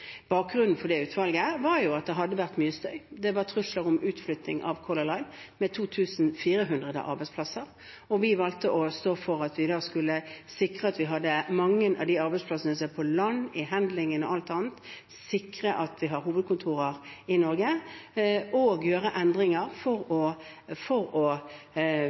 Bakgrunnen for det utvalget var at det hadde vært mye støy. Det var trusler om utflytting av Color Line med 2 400 arbeidsplasser. Vi valgte å stå for at vi da skulle sikre at vi hadde mange av de arbeidsplassene som er på land, i «handling»-en og alt annet, sikre at vi har hovedkontorer i Norge og gjøre endringer for å